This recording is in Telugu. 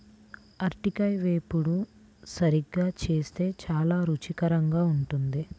అరటికాయల వేపుడు సరిగ్గా చేస్తే చాలా రుచికరంగా ఉంటుంది